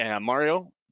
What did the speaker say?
Mario